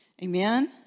Amen